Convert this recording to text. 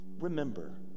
Remember